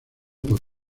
por